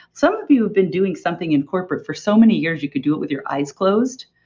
some of you have been doing something in corporate for so many years you could do it with your eyes closed,